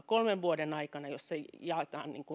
kolmen vuoden aikana jos se jaetaan